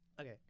Okay